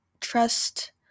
Trust